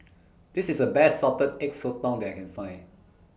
This IS The Best Salted Egg Sotong that I Can Find